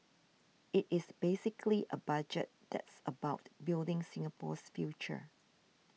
it is basically a budget that's about building Singapore's future